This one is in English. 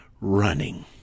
running